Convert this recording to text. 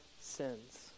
sins